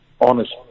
honest